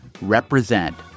Represent